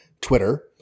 Twitter